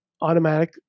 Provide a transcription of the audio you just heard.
automatic